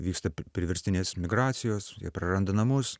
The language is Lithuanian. vyksta priverstinės migracijos jie praranda namus